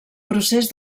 procés